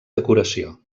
decoració